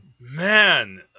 Man